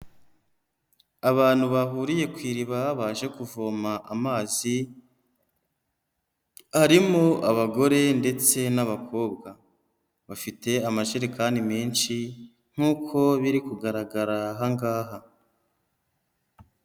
Abantu bahuriye ku iriba babaje kuvoma amazi, harimo abagore ndetse n'abakobwa bafite amajerekani menshi nk'uko biri kugaragara aha ngaha.